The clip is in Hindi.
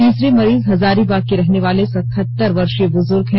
तीसरे मरीज हजारीबाग के रहने वाले सतहतर वर्षीय बुजुर्ग हैं